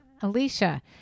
Alicia